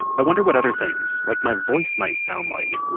i wonder what other things, like my voice, might sound like.